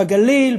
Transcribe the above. בגליל,